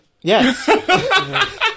Yes